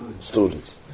students